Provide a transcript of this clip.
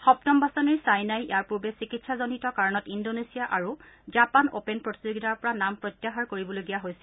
সপ্তম বাছনিৰ ছাইনাই ইয়াৰ পূৰ্বে চিকিৎসাজনিত কাৰণত ইন্দোনেছিয়া আৰু জাপান অপেন প্ৰতিযোগিতাৰ পৰা নাম প্ৰত্যাহাৰ কৰিবলগীয়া হৈছিল